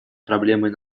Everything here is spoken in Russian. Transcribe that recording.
проблемой